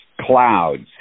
clouds